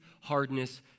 hardness